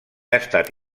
estat